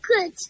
good